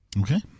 Okay